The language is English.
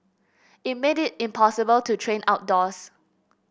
it made it impossible to train outdoors